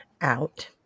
out